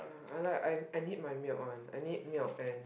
!huh! I like I I need my milk [one] I need milk and